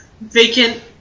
vacant